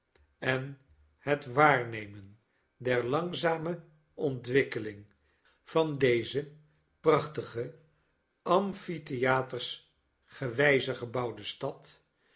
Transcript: en het waarnemen der langzame ontwikkeling van dezeprachtige amphitheatersgewijze gebouwde stad